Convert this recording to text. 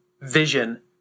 vision